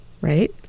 right